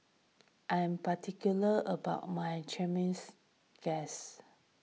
I am particular about my Chimichangas